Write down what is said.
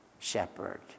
Shepherd